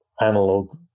analog